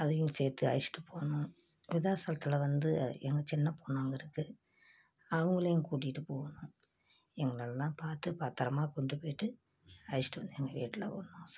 அதையும் சேர்த்து அழைச்சிட்டு போகணும் விருத்தாசலத்துல வந்து எங்கள் சின்ன பொண்ணு அங்கே இருக்குது அவங்களையும் கூட்டிட்டு போகணும் எங்களைலாம் பார்த்து பத்திரமா கொண்டு போய்ட்டு அழைச்சிட்டு வந்து எங்கள் வீட்டில் விடணும் சார்